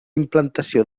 implantació